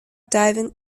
diving